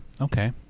Okay